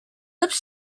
lips